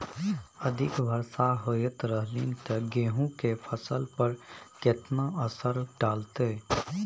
अधिक वर्षा होयत रहलनि ते गेहूँ के फसल पर केतना असर डालतै?